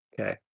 Okay